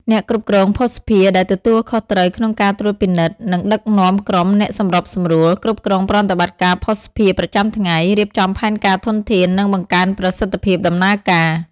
អ្នកគ្រប់គ្រងភស្តុភារ ដែលទទួលខុសត្រូវក្នុងការត្រួតពិនិត្យ និងដឹកនាំក្រុមអ្នកសម្របសម្រួល គ្រប់គ្រងប្រតិបត្តិការភស្តុភារប្រចាំថ្ងៃ រៀបចំផែនការធនធាន និងបង្កើនប្រសិទ្ធភាពដំណើរការ។